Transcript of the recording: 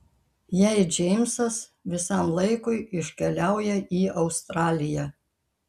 jei džeimsas visam laikui iškeliauja į australiją